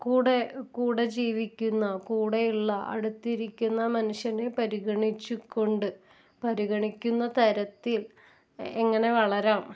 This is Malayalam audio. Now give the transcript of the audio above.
കൂടെ കൂടെ ജീവിക്കുന്ന കൂടെയുള്ള അടുത്തിരിക്കുന്ന മനുഷ്യനെ പരിഗണിച്ചു കൊണ്ട് പരിഗണിക്കുന്ന തരത്തിൽ എങ്ങനെ വളരാം